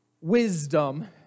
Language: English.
wisdom